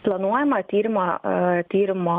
planuojama tyrimą tyrimo